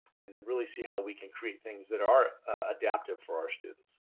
and then really see how we can create things that are adaptive for our students.